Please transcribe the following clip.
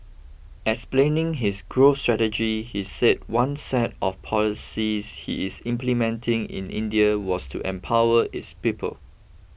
explaining his growth strategy he said one set of policies he is implementing in India was to empower its people